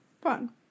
Fun